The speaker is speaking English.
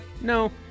No